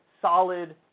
solid